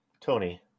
tony